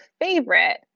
favorite